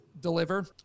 deliver